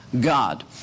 God